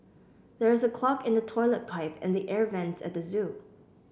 there is a clog in the toilet pipe and the air vents at the zoo